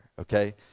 Okay